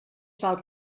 val